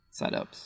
setups